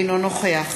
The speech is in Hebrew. אינו נוכח